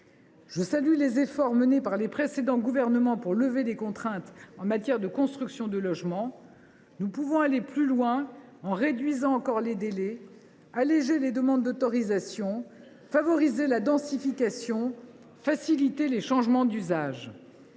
Je salue les efforts menés par les précédents gouvernements pour lever les contraintes en matière de construction de logements. Nous pouvons aller plus loin, en réduisant encore les délais, en allégeant les demandes d’autorisation, en favorisant la densification, en facilitant les changements d’usage…